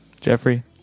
Jeffrey